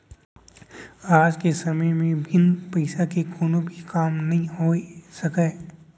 आज के समे म बिन पइसा के कोनो भी काम होइ नइ सकय